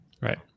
right